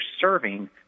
serving